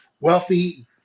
wealthy